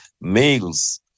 males